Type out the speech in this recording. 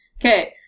Okay